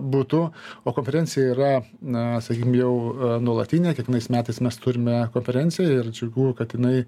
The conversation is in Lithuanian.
būtų o konferencija yra na sakykim jau nuolatinė kiekvienais metais mes turime konferenciją ir džiugu kad jinai